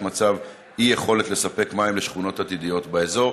מצב של אי-יכולת לספק מים לשכונות עתידיות באזור?